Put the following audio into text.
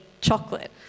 chocolate